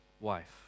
wife